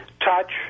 touch